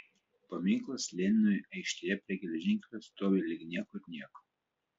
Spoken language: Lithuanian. paminklas leninui aikštėje prie geležinkelio stovi lyg niekur nieko